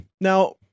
Now